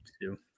Two